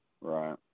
Right